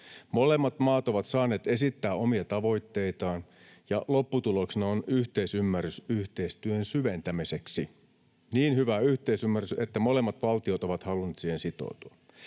Molemmat maat ovat saaneet esittää omia tavoitteitaan ja lopputuloksena on yhteisymmärrys yhteistyön syventämiseksi, niin hyvä yhteisymmärrys, että molemmat valtiot ovat halunneet siihen sitoutua.